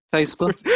Facebook